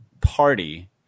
party